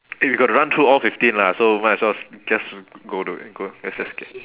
eh we got to run through all fifteen lah so might as well just go do go let's just get